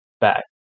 back